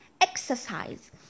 exercise